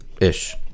ish